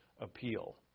appeal